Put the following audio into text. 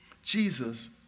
Jesus